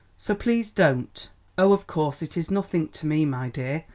so please don't oh, of course, it is nothing to me, my dear,